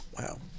Wow